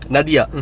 Nadia